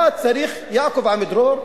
מה צריך יעקב עמידרור,